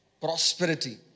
prosperity